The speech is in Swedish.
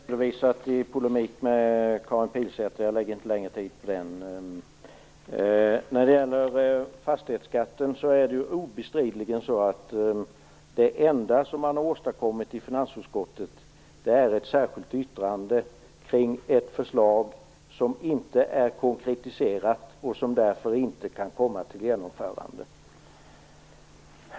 Fru talman! Resonemanget om tryggheten har jag redan redovisat i polemik med Karin Pilsäter. Jag lägger inte mer tid på den frågan. När det gäller fastighetsskatten är obestridligen det enda som åstadkommits i finansutskottet ett särskilt yttrande om ett förslag som inte är konkretiserat och som därför inte kan komma till genomförande.